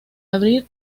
abrir